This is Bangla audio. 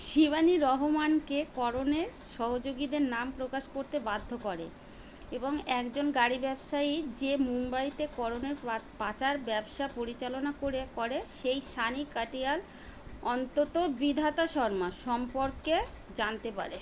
শিবানী রহমানকে করণের সহযোগীদের নাম প্রকাশ করতে বাধ্য করে এবং একজন গাড়ি ব্যবসায়ী যে মুম্বইতে করণের পা পাচার ব্যবসা পরিচালনা করে করে সেই সানি কাটিয়াল অন্তত বিধাতা শর্মা সম্পর্কে জানতে পারে